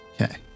Okay